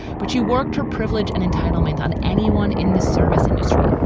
but she worked her privilege and entitlement on anyone in the service industry,